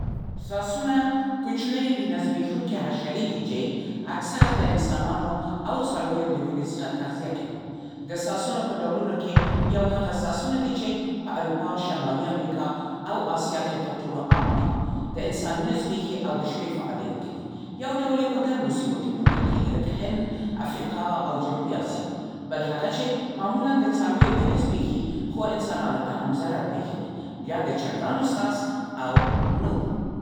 ساسونه کوچنۍ، وینه‌زبېښونکې حشرې دي چې اکثره د انسانانو او څارویو د وینې څخه تغذیه کوي. د ساسونو په ډولونو کې یو هغه ساسونه دي چې په اروپا، شمالي امریکا، او اسیا کې تر ټولو عام دی. د انسان وینه زبېښي او د شپې فعالیت کوي. یو ډول یې په ګرمو سیمو کې موندل کېږي لکه هند، افریقا، او جنوبي اسیا. بل هغه چې معمولا د څارویو وینه زبېښي خو انسانانو ته هم ضرر پېښوي. بیا د چرګانو ساس او نور.